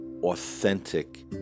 authentic